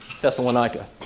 Thessalonica